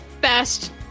best